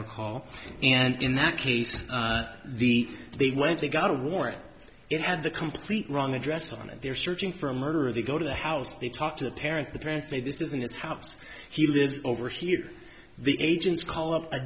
recall and in that case the they went they got a warrant it had the complete wrong address on it they're searching for a murderer of they go to the house they talk to the parents the parents say this isn't his house he lives over here the agents call